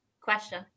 question